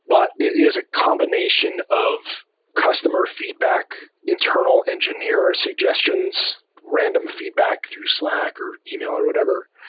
but it is a combination of customer feedback, internal engineer suggestions, random feedback through slack or yeah e-mail or whatever.